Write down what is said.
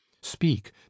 speak